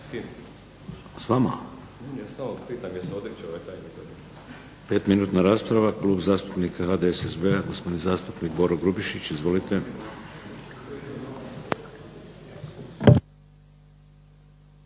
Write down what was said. razumije./… Petminutna rasprava, Klub zastupnika HDSSB-a, gospodin zastupnik Boro Grubišić. Izvolite.